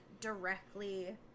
directly